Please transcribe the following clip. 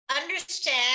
understand